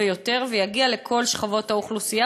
ויגיע לכל שכבות האוכלוסייה,